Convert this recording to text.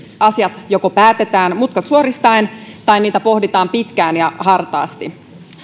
asiat joko päätetään mutkat suoristaen tai niitä pohditaan pitkään ja hartaasti